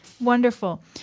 wonderful